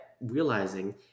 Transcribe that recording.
realizing